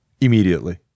immediately